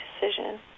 decision